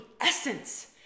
essence